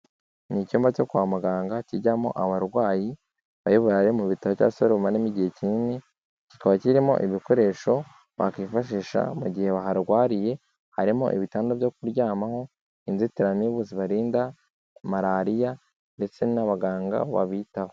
Ni icyumba cyo kwa muganga kijyamo abarwayi, bari burare mu bitaro, cyangwa se bari bumaremo igihe kinini, kikaba kirimo ibikoresho bakwifashisha mu gihe baharwariye, harimo ibitanda byo kuryamaho, inzitiramibu zibarinda Malariya, ndetse n'abaganga babitaho.